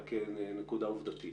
אלא כנקודה עובדתית